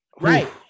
Right